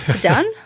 Done